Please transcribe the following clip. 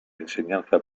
enseñanza